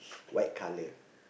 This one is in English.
white colour